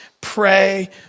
pray